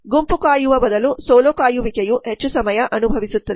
ಗುಂಪು ಕಾಯುವ ಬದಲು ಸೋಲೋ ಕಾಯುವಿಕೆಯು ಹೆಚ್ಚು ಸಮಯ ಅನುಭವಿಸುತ್ತದೆ